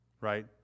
Right